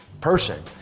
person